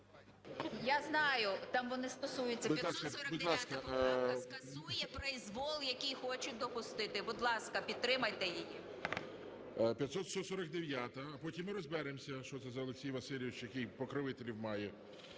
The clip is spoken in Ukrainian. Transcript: Я знаю, там вона стосується... 549 поправка скасує проізвол, який хочуть допустити. Будь ласка, підтримайте її. ГОЛОВУЮЧИЙ. 549-а, потім ми розберемося, що це за Олексій Васильович, який покровителів має.